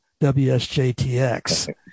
WSJTX